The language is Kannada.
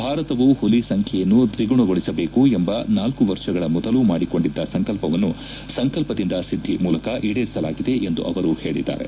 ಭಾರತವು ಹುಲಿ ಸಂಖ್ಯೆಯನ್ನು ದ್ವಿಗುಣಗೊಳಿಸಬೇಕು ಎಂಬ ನಾಲ್ಕು ವರ್ಷಗಳ ಮೊದಲು ಮಾಡಿಕೊಂಡಿದ್ದ ಸಂಕಲ್ಪವನ್ನು ಸಂಕಲ್ಪದಿಂದ ಸಿದ್ದಿ ಮೂಲಕ ಈಡೇರಿಸಲಾಗಿದೆ ಎಂದು ಅವರು ಹೇಳಿದ್ದಾರೆ